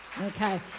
Okay